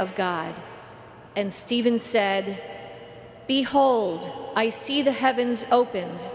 of god and stephen said behold i see the heavens opened